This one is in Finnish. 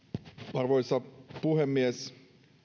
arvoisa puhemies